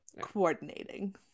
Coordinating